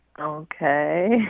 Okay